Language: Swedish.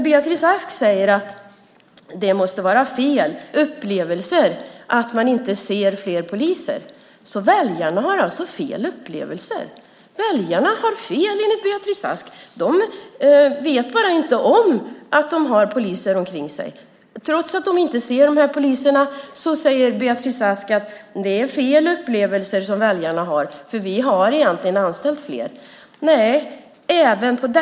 Beatrice Ask säger att det måste vara fel upplevelse att man inte ser fler poliser. Väljarna har alltså fel upplevelse. Väljarna har enligt Beatrice Ask fel. De vet bara inte om att de har poliser omkring sig. Trots att de inte ser dessa poliser säger Beatrice Ask att det är fel upplevelse som väljarna har eftersom man egentligen har anställt fler.